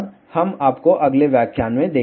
हम आपको अगले व्याख्यान में देखेंगे